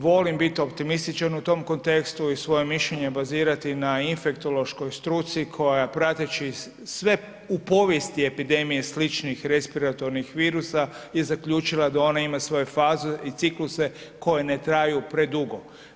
Volim biti optimističan u tom kontekstu i svoje mišljenje bazirati na infektološkoj struci koja prateći sve u povijesti epidemije sličnih respiratornih virusa je zaključila da ona ima svoje faze i cikluse koje ne traju predugo.